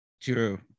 true